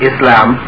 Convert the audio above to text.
Islam